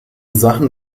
sachen